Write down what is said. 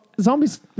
Zombies